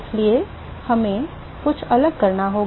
इसलिए हमें कुछ अलग करना होगा